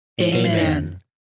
Amen